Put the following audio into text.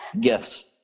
gifts